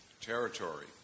Territory